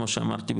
כמו שאמרתי,